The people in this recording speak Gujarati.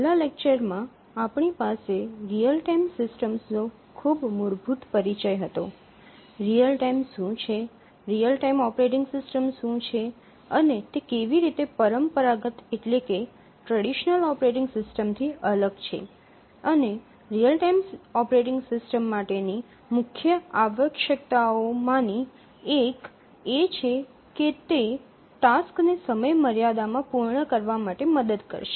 છેલ્લા લેક્ચરમાં આપણી પાસે રીઅલ ટાઇમ સિસ્ટમ્સનો ખૂબ મૂળભૂત પરિચય હતો રીઅલ ટાઇમ શું છે રીઅલ ટાઇમ ઓપરેટિંગ સિસ્ટમ શું છે અને તે કેવી રીતે પરંપરાગત ઓપરેટિંગ સિસ્ટમથી અલગ છે અને રીઅલ ટાઇમ ઓપરેટિંગ સિસ્ટમ માટેની મુખ્ય આવશ્યકતાઓમાંની એક એ છે કે તે ટાસક્સને સમયમર્યાદામાં પૂર્ણ કરવા માટે મદદ કરશે